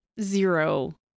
zero